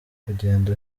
kugenda